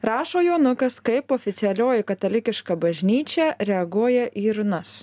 rašo jonukas kaip oficialioji katalikiška bažnyčia reaguoja į runas